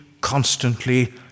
constantly